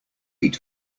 eat